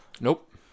Nope